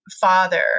father